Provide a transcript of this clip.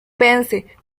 vence